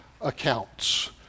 accounts